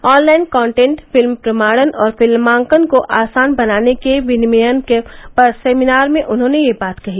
online content film प्रमाणन और फिल्मांकन को आसान बनाने के विनियमन पर सेमिनार में उन्होंने यह बात कही